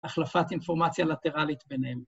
החלפת אינפורמציה לטרלית ביניהם.